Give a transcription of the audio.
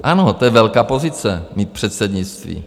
Ano, to je velká pozice, mít předsednictví.